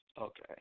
Okay